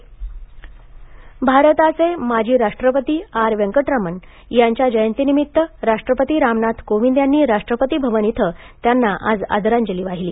जयंती भारताचे माजी राष्ट्रपती आर व्यंकटरामण यांच्या जयंतीनिमित्त राष्ट्रपती रामनाथ कोविंद यांनी राष्ट्रपती भवन इथं त्यांना आज आदरांजली वाहिली